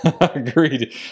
Agreed